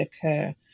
occur